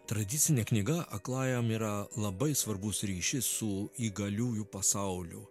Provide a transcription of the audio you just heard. tradicinė knyga aklajam yra labai svarbus ryšis su įgaliųjų pasauliu